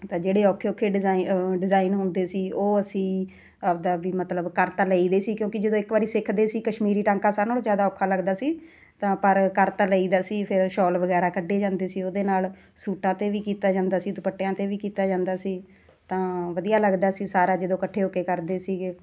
ਤਾਂ ਜਿਹੜੇ ਔਖੇ ਔਖੇ ਡਿਜ਼ਾਈਨ ਡਿਜ਼ਾਇਨ ਹੁੰਦੇ ਸੀ ਉਹ ਅਸੀਂ ਆਪਣਾ ਵੀ ਮਤਲਬ ਕਰ ਤਾਂ ਲਈ ਦੇ ਸੀ ਕਿਉਂਕਿ ਜਦੋਂ ਇੱਕ ਵਾਰ ਸਿੱਖਦੇ ਸੀ ਕਸ਼ਮੀਰੀ ਟਾਂਕਾ ਸਾਰਿਆਂ ਨਾਲੋਂ ਆਜ਼ਿਦਾ ਔਖਾ ਲੱਗਦਾ ਸੀ ਤਾਂ ਪਰ ਕਰ ਤਾਂ ਲਈ ਦਾ ਸੀ ਫਿਰ ਸ਼ੋਲ ਵਗੈਰਾ ਕੱਢੇ ਜਾਂਦੇ ਸੀ ਉਹਦੇ ਨਾਲ ਸੂਟਾਂ 'ਤੇ ਵੀ ਕੀਤਾ ਜਾਂਦਾ ਸੀ ਦੁਪੱਟਿਆਂ 'ਤੇ ਵੀ ਕੀਤਾ ਜਾਂਦਾ ਸੀ ਤਾਂ ਵਧੀਆ ਲੱਗਦਾ ਸੀ ਸਾਰਾ ਜਦੋਂ ਇਕੱਠੇ ਹੋ ਕੇ ਕਰਦੇ ਸੀਗੇ